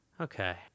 Okay